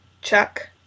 Chuck